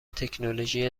تکنولوژی